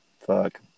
Fuck